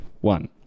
one